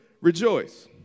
rejoice